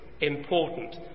important